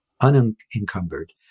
unencumbered